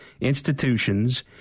institutions